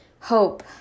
hope